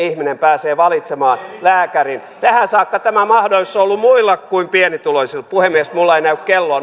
ihminen pääsee valitsemaan lääkärin tähän saakka tämä mahdollisuus on ollut muilla kuin pienituloisilla puhemies minulla ei näy kelloa